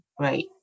right